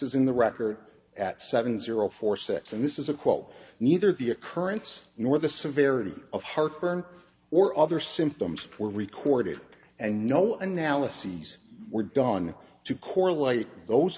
is in the record at seven zero four sets and this is a quote neither the occurrence nor the severity of heartburn or other symptoms were recorded and no analyses were done to correlate those